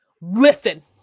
Listen